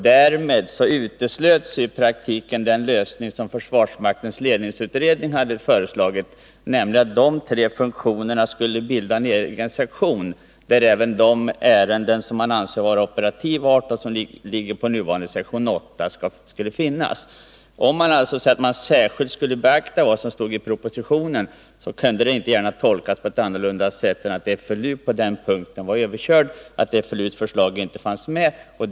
Därmed uteslöts i praktiken den lösning som försvarsmaktens ledningsutredning hade föreslagit, nämligen att dessa tre funktioner skulle bilda en egen sektion, dit även de ärenden som man ansåg vara av operativ art och som f. n. ligger på sektion 8 skulle föras. Uttalandet om att vad som stod i propositionen särskilt skulle beaktas kan inte gärna tolkas på annat sätt än att FLU på den punkten var överkörd och att dess förslag inte längre var aktuellt.